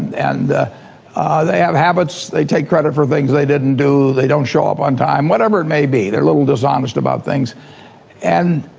and they, have habits they take credit for things they didn't do they don't show up on time whatever it may be they're little dishonest about things and